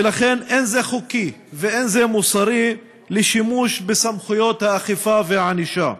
ולכן זה לא חוקי וזה לא מוסרי להשתמש בסמכויות האכיפה והענישה.